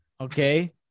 okay